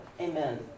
Amen